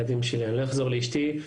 לילדים שלי'.